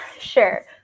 sure